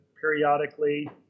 periodically